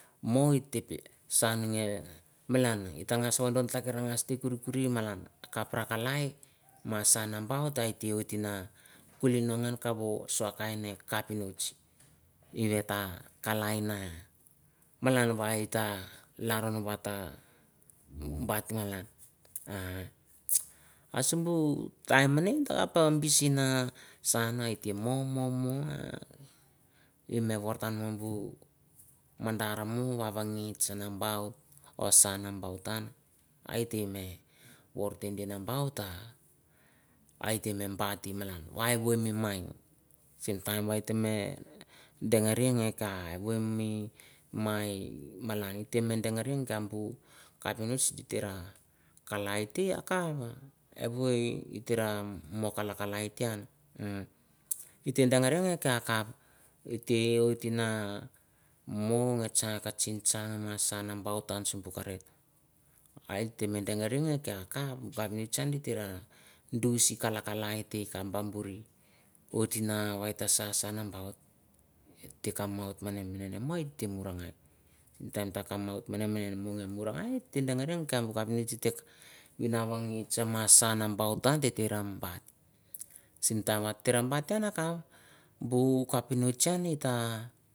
Mo ite san wodon kiteu karan mi kurikuri malan akap no telikaritin akad te malan masa nabaut etewit na kulingo kavo ngaman kavo nain petnitch i wet na kalai akap malan but malan sim bu time mele bisi na ete san ete momo ete woworotan bu mandar mo wawagitch nambut osa nambut iete me worotan simtar megeiveri ota ka evo mi mai gui ke demari bu kapinatch ta kelai akap wout mo kalaka tai te an ete degere wekap wet ni namo wit nga ching ga kaching chang. Masa nambut ete degeri ma te akap bu kapnitch kubud kalaik kaite kar no bor wit sasa nambaut time ete kambaut menen mi ete dere murnga bu radnitth malan mi wawagitch bus na bit sime tim ate bitch.